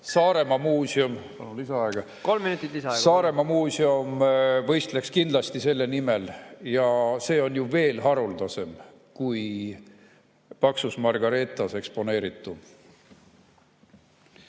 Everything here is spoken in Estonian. Saaremaa Muuseum võistleks kindlasti selle nimel. See on ju veel haruldasem kui Paksus Margareetas eksponeeritu.